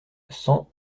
cent